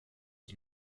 die